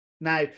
Now